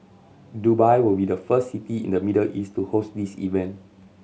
Dubai will be the first city in the Middle East to host this event